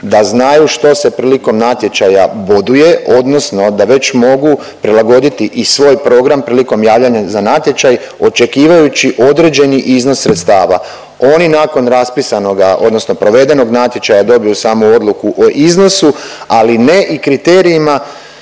da znaju što se prilikom natječaja boduje odnosno da već mogu prilagoditi i svoj program prilikom javljanja za natječaj očekivajući određeni iznos sredstava. Oni nakon raspisanoga odnosno provedenog natječaja dobiju samo odluku o iznosu, ali ne i kriterijima